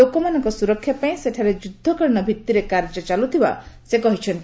ଲୋକମାନଙ୍କ ସୁରକ୍ଷା ପାଇଁ ସେଠାରେ ଯୁଦ୍ଧକାଳୀନ ଭିତ୍ତିରେ କାର୍ଯ୍ୟ ଚାଲୁଥିବା ସେ କହିଛନ୍ତି